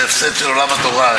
זה הפסד של עולם התורה,